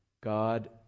God